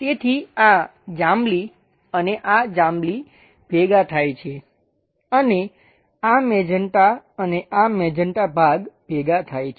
તેથી આ જાંબલી અને આ જાંબલી ભેગા થાય છે અને આ મેજન્ટા અને આ મેજન્ટા ભાગ ભેગા થાય છે